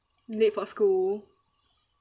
late for school